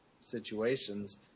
situations